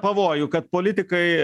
pavojų kad politikai